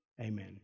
amen